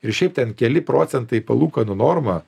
ir šiaip ten keli procentai palūkanų norma